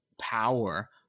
power